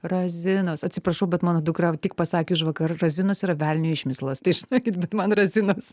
razinos atsiprašau bet mano dukra tik pasakė užvakar razinos yra velnio išmislas tai žinokit bet man razinos